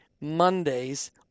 Mondays